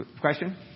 Question